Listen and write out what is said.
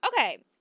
Okay